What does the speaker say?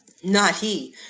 not he.